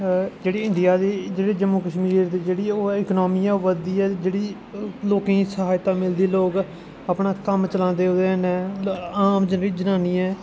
जेह्ड़ी इंडिया दी जेह्ड़ी जम्मू कश्मीर दी जेह्ड़ी ओह् ऐ इकनोमी ऐ ओह् बधी ऐ जेह्ड़ी लोकें सहायता मिलदी लोक अपना कम्म चलांदे ओह्दे ने आम जेह्ड़ी जनानियां ऐ